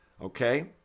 Okay